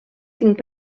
tinc